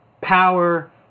power